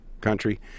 country